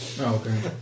okay